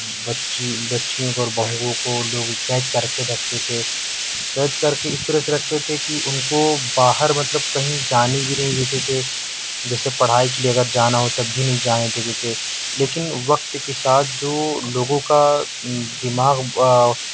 بچی بچیوں کو اور بہوؤں کو لوگ قید کر کے رکھتے تھے قید کر کے اس طرح سے رکھتے تھے کہ ان کو باہر مطلب کہیں جانے بھی نہیں دیتے تھے جیسے پڑھائی کے لئے اگر جانا ہو تب بھی نہیں جانے دیتے تھے لیکن وقت کے ساتھ جو لوگوں کا دماغ